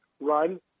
Run